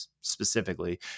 specifically